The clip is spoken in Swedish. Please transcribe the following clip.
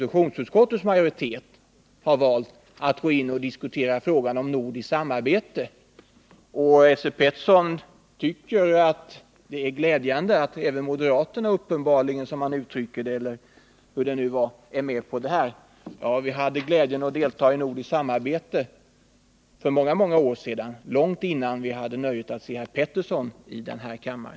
Utskottets majoritet har valt att diskutera frågan om nordiskt samarbete. Esse Petersson tycker att det är glädjande att även moderaterna nu är med på detta. Ja, vi hade glädjen att delta i nordiskt samarbete för många år sedan, långt innan vi hade nöjet att se herr Petersson i denna kammare.